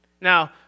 Now